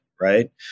right